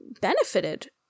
benefited